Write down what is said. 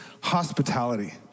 hospitality